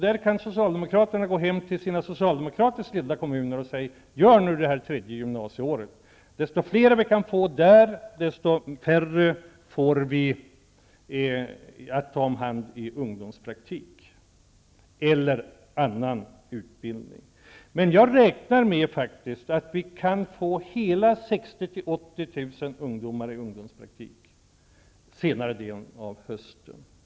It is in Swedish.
Där kan socialdemokraterna gå hem till sina socialdemokratiskt ledda kommuner och säga till dem att starta det tredje gymnasieåret. Ju fler ungdomar vi kan få in där, desto färre får vi att ta om hand i ungdomspraktik eller i annan utbildning. Jag räknar faktiskt med att vi kan få hela 60 000--80 000 ungdomar i ungdomspraktik under senare delen av hösten.